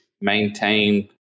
maintain